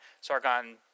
Sargon